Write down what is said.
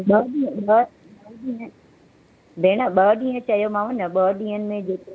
ॿ ॾींहं ॿ ॾींहं भेण ॿ ॾींहं चयोमाव न ॿ ॾींहंनि जेको